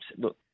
look